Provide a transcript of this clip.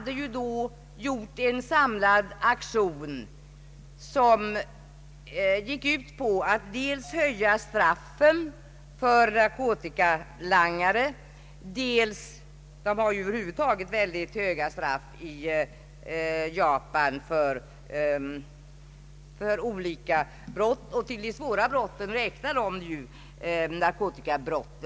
I Japan gjordes en samlad aktion, som till att börja med gick ut på att höja straffen för narkotikalangning — man har över huvud mycket höga straff i Japan för olika brott, och till de svåra räknas narkotikabrott.